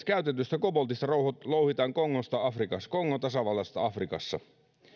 käytetystä koboltista kuusikymmentä prosenttia louhitaan kongon tasavallassa afrikassa